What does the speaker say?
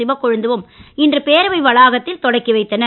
சிவகொழுந்தும் இன்று பேரவை வளாகத்தில் தொடக்கி வைத்தனர்